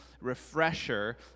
refresher